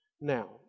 Now